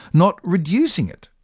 not reducing it.